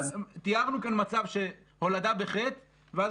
אנחנו תיארנו כאן מצב של הולדה בחטא ואז